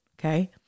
okay